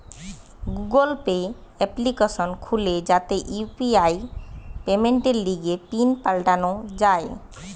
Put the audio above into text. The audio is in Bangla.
গুগল পে এপ্লিকেশন খুলে যাতে ইউ.পি.আই পেমেন্টের লিগে পিন পাল্টানো যায়